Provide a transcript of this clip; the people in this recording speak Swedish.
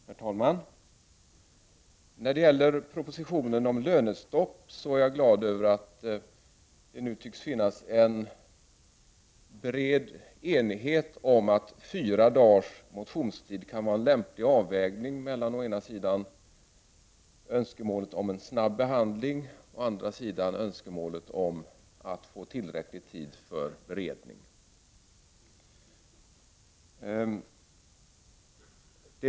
Herr talman! När det gäller propositionen om lönestopp är jag glad över att det nu tycks finnas en bred enighet om att fyra dagars motionstid kan vara en lämplig avvägning mellan å ena sidan önskemålet om en snabb behandling och å andra sidan önskemålet om tillräckligt med tid för beredning.